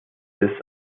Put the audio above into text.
this